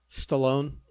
Stallone